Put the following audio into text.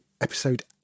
episode